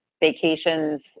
vacations